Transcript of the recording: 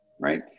right